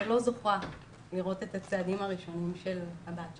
שלא זוכה לראות את הצעדים הראשונים של הבת שלה.